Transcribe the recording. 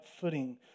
footing